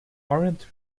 aren’t